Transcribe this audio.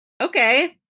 Okay